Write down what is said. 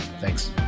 Thanks